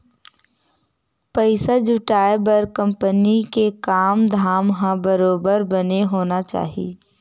पइसा जुटाय बर कंपनी के काम धाम ह बरोबर बने होना चाही